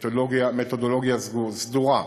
מתודולוגיה סדורה.